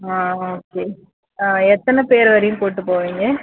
ஆ okay ஆ எத்தனை பேர் வரையும் கூட்டு போவீங்க